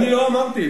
לא אמרתי.